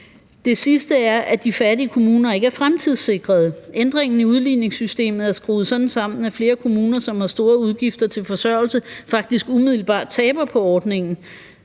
Det sidste er, at de fattige kommuner ikke er fremtidssikrede. Ændringen i udligningssystemet er skruet sådan sammen, at flere kommuner, som har store udgifter til forsørgelse, faktisk umiddelbart taber på ordningen